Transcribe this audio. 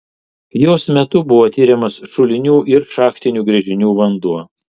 jos metu buvo tiriamas šulinių ir šachtinių gręžinių vanduo